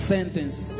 Sentence